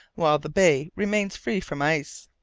while the bay remains free from ice.